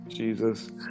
Jesus